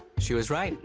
she was right.